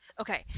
Okay